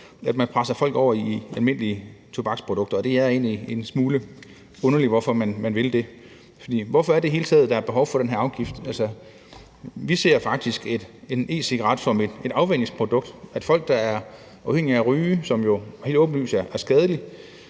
at man også presser folk over i almindelige tobaksprodukter. Og det er egentlig en smule underligt, at man vil det. Hvorfor er det i det hele taget, at der er behov for den her afgift? Vi ser faktisk e-cigaretter som et afvænningsprodukt, sådan at folk, der er afhængige af at ryge, hvilket jo helt åbenlyst er skadeligt,